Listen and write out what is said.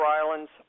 islands